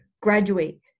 graduate